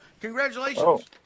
congratulations